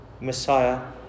Messiah